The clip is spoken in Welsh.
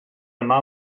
yma